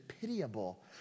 pitiable